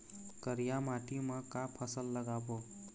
करिया माटी म का फसल लगाबो?